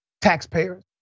taxpayers